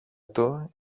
του